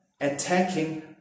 attacking